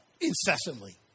incessantly